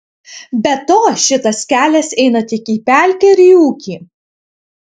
be to šitas kelias eina tik į pelkę ir į ūkį